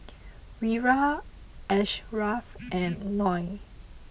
Wira Ashraf and Noah